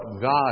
God